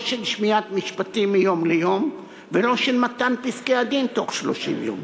לא של שמיעת משפטים מיום ליום ולא של מתן פסקי-הדין בתוך 30 יום.